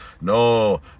no